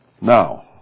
Now